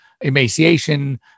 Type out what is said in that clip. emaciation